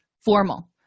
formal